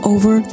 Over